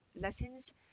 lessons